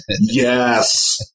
yes